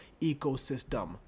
ecosystem